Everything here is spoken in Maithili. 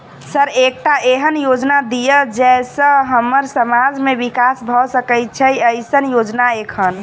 सर एकटा एहन योजना दिय जै सऽ हम्मर समाज मे विकास भऽ सकै छैय एईसन योजना एखन?